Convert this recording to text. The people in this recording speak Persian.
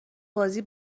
بازی